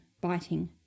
biting